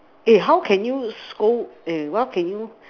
eh how can you scold eh why can you